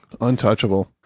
Untouchable